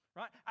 right